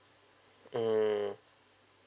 mm